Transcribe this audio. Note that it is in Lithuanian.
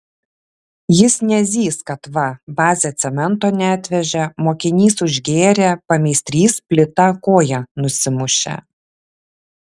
jis nezys kad va bazė cemento neatvežė mokinys užgėrė pameistrys plyta koją nusimušė